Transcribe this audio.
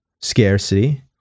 scarcity